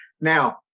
Now